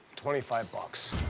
twenty five bucks.